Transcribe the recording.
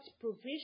provision